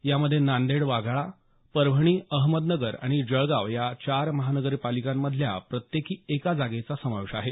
यामध्ये नांदेड वाघाळा परभणी अहमदनगर आणि जळगाव या चार महानगरपालिकांमधल्या प्रत्येकी एका जागेचा समावेश आहे